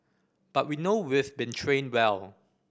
but we know we've been trained well